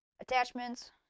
attachments